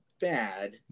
bad